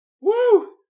Woo